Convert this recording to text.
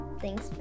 thanks